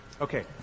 Okay